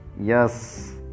Yes